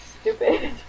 stupid